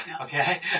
Okay